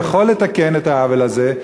אתה יכול לתקן את העוול הזה,